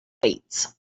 weights